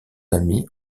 amis